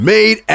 Made